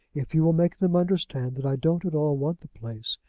if you will make them understand that i don't at all want the place,